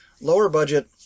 lower-budget